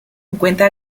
encuentra